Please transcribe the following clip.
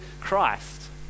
Christ